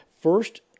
First